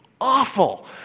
awful